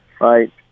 right